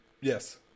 Yes